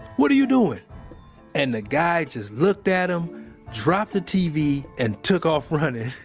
what are you doing? and the guy just looked at him dropped the tv, and took off running.